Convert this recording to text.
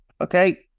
Okay